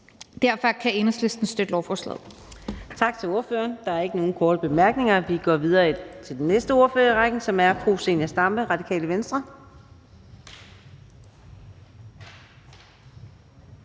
Derfor kan Enhedslisten støtte lovforslaget.